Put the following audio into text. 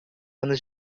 anos